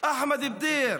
אחמד בדיר,